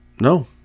no